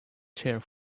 chair